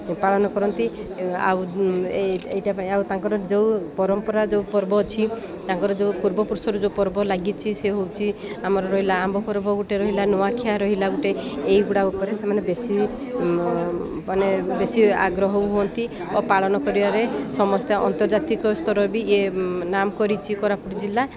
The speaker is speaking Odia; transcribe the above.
ପାଳନ କରନ୍ତି ଆଉ ଏ ଏଇଟା ପାଇଁ ଆଉ ତାଙ୍କର ଯେଉଁ ପରମ୍ପରା ଯେଉଁ ପର୍ବ ଅଛି ତାଙ୍କର ଯେଉଁ ପୂର୍ବପୁରୁଷର ଯେଉଁ ପର୍ବ ଲାଗିଛି ସେ ହଉଛି ଆମର ରହିଲା ଆମ୍ବ ପର୍ବ ଗୋଟେ ରହିଲା ନୂଆଖିଆ ରହିଲା ଗୋଟେ ଏଇଗୁଡ଼ା ଉପରେ ସେମାନେ ବେଶୀ ମାନେ ବେଶୀ ଆଗ୍ରହ ହୁଅନ୍ତି ଓ ପାଳନ କରିବାରେ ସମସ୍ତେ ଅନ୍ତର୍ଜାତିକ ସ୍ତର ବି ଇଏ ନାମ୍ କରିଛି କୋରାପୁଟ ଜିଲ୍ଲା